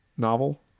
novel